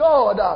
God